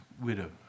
widow